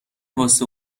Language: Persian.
واسه